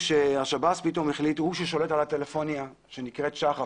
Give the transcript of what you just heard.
שירות בתי הסוהר פתאום החליט שהוא זה ששולט על הטלפוניה שנקראת שחף,